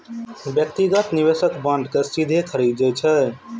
व्यक्तिगत निवेशक बांड कें सीधे खरीदै छै